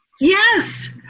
yes